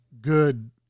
good